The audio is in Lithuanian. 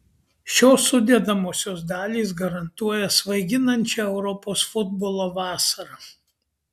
šios sudedamosios dalys garantuoja svaiginančią europos futbolo vasarą